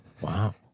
Wow